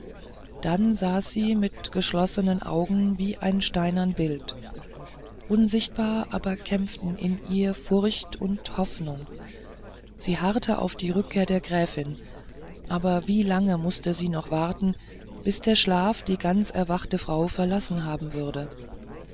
dann saß sie mit geschlossenen augen wie ein steinern bild unsichtbar aber kämpften in ihr furcht und hoffnung sie harrte auf die rückkunft der gräfin aber wie lang mußte sie noch warten bis der schlaf die ganz verwachte frau verlassen haben würde